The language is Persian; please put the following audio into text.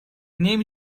نمی